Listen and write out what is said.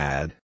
Add